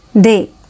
Day